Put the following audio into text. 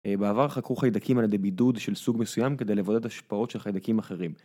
בעבר חקרו חיידקים על ידי בידוד של סוג מסוים כדי לבודד השפעות של חיידקים אחרים